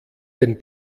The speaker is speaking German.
den